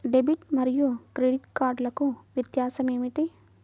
Debit మరియు credit కార్డ్లకు వ్యత్యాసమేమిటీ?